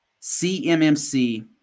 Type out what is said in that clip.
CMMC